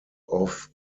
off